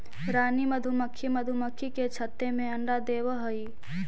रानी मधुमक्खी मधुमक्खी के छत्ते में अंडा देवअ हई